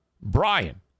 Brian